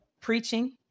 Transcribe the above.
preaching